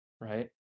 right